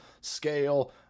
scale